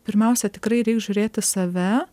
pirmiausia tikrai reik žiūrėti save